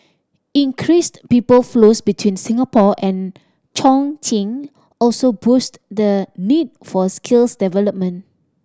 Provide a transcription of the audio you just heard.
increased people flows between Singapore and Chongqing also boost the need for skills development